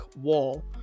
wall